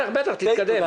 בטח, בטח, תתקדם.